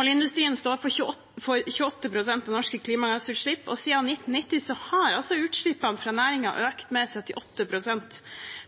Oljeindustrien står for 28 pst. av norske klimagassutslipp, og siden 1990 har utslippene fra næringen økt med 78 pst.